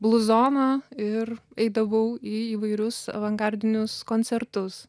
bluzoną ir eidavau į įvairius avangardinius koncertus